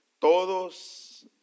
Todos